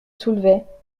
soulevait